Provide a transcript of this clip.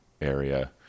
area